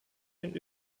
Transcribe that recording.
den